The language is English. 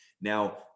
Now